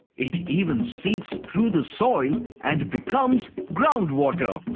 it even seeps through the soil and becomes ground water.